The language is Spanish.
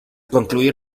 concluir